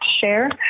share